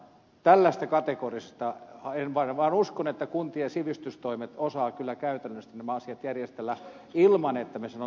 tällaista kategorista haen vain varo uskon että kun tien sivistystoimet osaavat kyllä käytännöllisesti nämä asiat järjestellä ilman että me sanoo